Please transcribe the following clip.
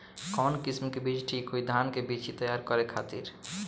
कवन किस्म के बीज ठीक होई धान के बिछी तैयार करे खातिर?